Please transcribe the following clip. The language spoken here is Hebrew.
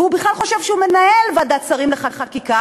והוא בכלל חושב שהוא מנהל ועדת שרים לחקיקה,